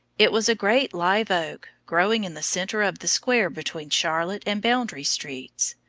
it was a great live oak, growing in the centre of the square between charlotte and boundary streets.